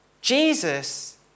Jesus